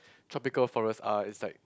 tropical forest are is like